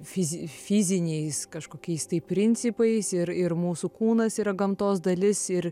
fizi fiziniais kažkokiais tai principais ir ir mūsų kūnas yra gamtos dalis ir